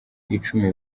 icumi